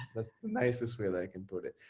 that's the nicest way that i can put it.